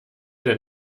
dein